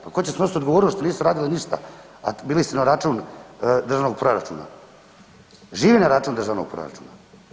Pa tko će snositi odgovornost što nisu radili ništa, a bili su na račun državnog proračuna, živi na račun državnog proračuna.